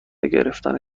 گرفتن